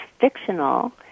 fictional